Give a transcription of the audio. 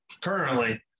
currently